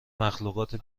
مخلوقات